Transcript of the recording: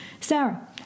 Sarah